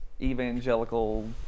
evangelical